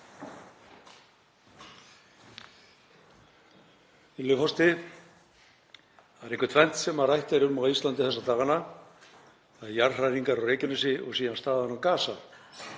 Það er einkum tvennt sem rætt er um á Íslandi þessa dagana, það eru jarðhræringar á Reykjanesskaga og síðan staðan á Gaza.